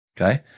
Okay